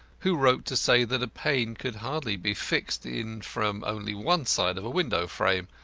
who wrote to say that a pane could hardly be fixed in from only one side of a window frame,